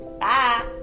Bye